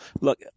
look